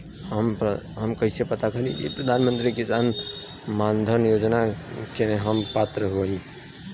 हम कइसे पता करी कि प्रधान मंत्री किसान मानधन योजना के हम पात्र हई?